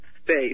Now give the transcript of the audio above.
space